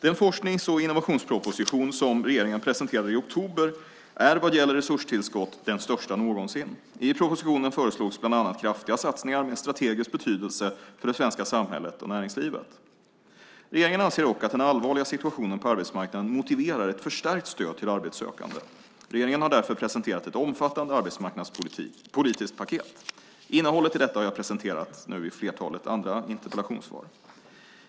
Den forsknings och innovationsproposition som regeringen presenterade i oktober är vad gäller resurstillskott den största någonsin. I propositionen föreslogs bland annat kraftiga satsningar med strategisk betydelse för det svenska samhället och näringslivet. Regeringen anser dock att den allvarliga situationen på arbetsmarknaden motiverar ett förstärkt stöd till arbetssökande. Regeringen har därför presenterat ett omfattande arbetsmarknadspolitiskt paket. Innehållet i detta har jag presenterat i flertalet andra interpellationssvar.